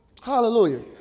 Hallelujah